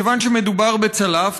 מכיוון שמדובר בצלף,